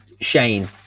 Shane